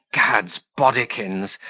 gadsbodikins!